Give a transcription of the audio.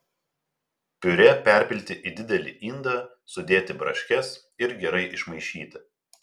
piurė perpilti į didelį indą sudėti braškes ir gerai išmaišyti